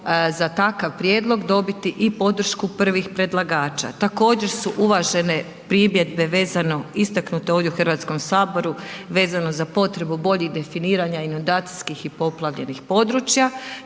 za takav prijedlog dobiti i podršku prvih predlagača. Također su uvažene primjedbe vezano, istaknute ovdje u Hrvatskom saboru vezano za potrebu boljih definiranja i inundacijskih i poplavljenih područja